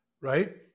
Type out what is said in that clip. right